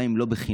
גם אם לא בחינם,